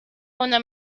una